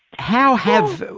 how have,